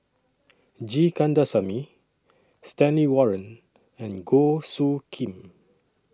G Kandasamy Stanley Warren and Goh Soo Khim